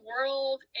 world